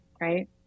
right